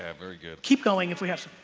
ah very good. keep going if we have